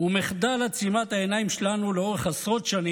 ומחדל עצימת העיניים שלנו לאורך עשרות שנים